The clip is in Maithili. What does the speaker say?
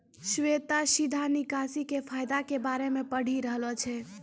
श्वेता सीधा निकासी के फायदा के बारे मे पढ़ि रहलो छै